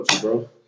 bro